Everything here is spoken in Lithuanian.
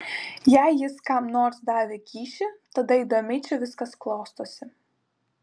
jei jis kam nors davė kyšį tada įdomiai čia viskas klostosi